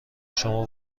شما